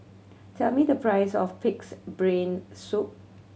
tell me the price of Pig's Brain Soup